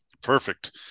Perfect